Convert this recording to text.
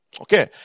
okay